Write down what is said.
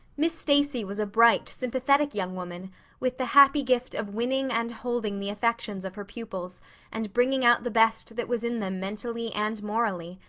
miss stacy was a bright, sympathetic young woman with the happy gift of winning and holding the affections of her pupils and bringing out the best that was in them mentally and morally.